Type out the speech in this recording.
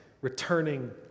returning